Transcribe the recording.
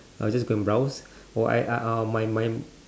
I'll just go and browse or I I I'll mine mine